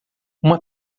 uma